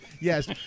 Yes